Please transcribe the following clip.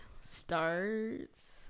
Starts